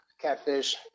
catfish